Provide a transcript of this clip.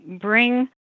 bring